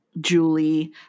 julie